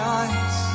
eyes